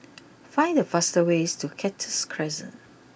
find the fastest way to Cactus Crescent